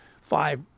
five